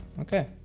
Okay